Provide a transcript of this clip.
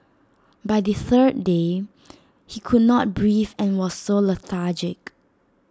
by the third day he could not breathe and was so lethargic